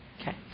Okay